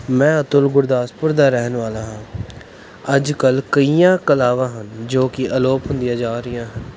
ਮੈਂ ਅਤੁਲ ਗੁਰਦਾਸਪੁਰ ਦਾ ਰਹਿਣ ਵਾਲਾ ਹਾਂ ਅੱਜ ਕੱਲ੍ਹ ਕਈਆਂ ਕਲਾਵਾਂ ਹਨ ਜੋ ਕਿ ਅਲੋਪ ਹੁੰਦੀਆ ਜਾ ਰਹੀਆਂ ਹਨ